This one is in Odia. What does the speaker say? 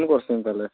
କି କରୁସନ୍ ତାହାଲେ